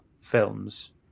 films